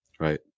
Right